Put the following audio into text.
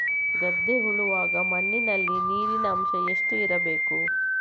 ಗದ್ದೆ ಉಳುವಾಗ ಮಣ್ಣಿನಲ್ಲಿ ನೀರಿನ ಅಂಶ ಎಷ್ಟು ಇರಬೇಕು?